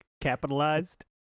capitalized